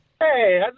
Hey